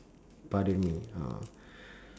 pardon me uh